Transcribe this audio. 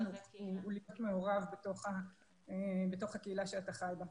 הוא להיות מעורב בתוך הקהילה שאתה חי בה.